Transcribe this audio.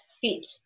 fit